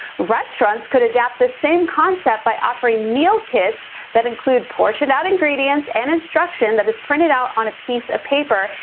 restaurants could adapt the same concept by offering meal kits that include portioned out ingredients and instruction that is printed out on a piece of paper,